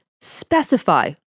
specify